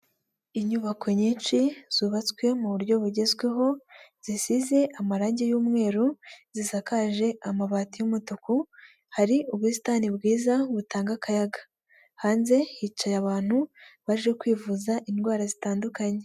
Inyubako nyinshi zubatswe mu buryo bugezweho, zisize amarange y'umweru, zisakaje amabati y'umutuku, hari ubusitani bwiza butanga akayaga, hanze hicaye abantu baje kwivuza indwara zitandukanye.